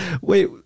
Wait